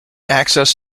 access